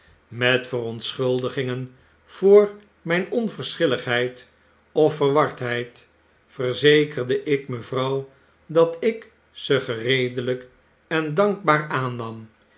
met verontschuldigingen voor myn onverschilligheid of verwardheid verzekerde ik mevrouw dat ik ze gereedelyk en dankbaar aannam